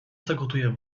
zagotuję